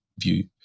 view